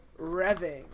Revving